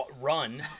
run